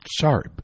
Sorry